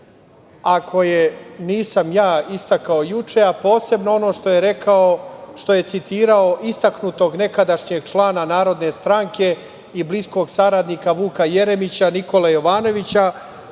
koje nisam ja istakao juče, a posebno ono što je citirao istaknutog nekadašnjeg člana Narodne stranke i bliskog saradnika Vuka Jeremića, Nikolu Jovanovića